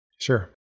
Sure